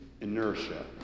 inertia